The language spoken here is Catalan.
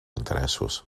interessos